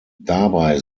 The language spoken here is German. dabei